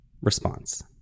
response